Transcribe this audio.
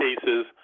cases